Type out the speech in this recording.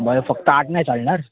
बरं फक्त आठ नाही चालणार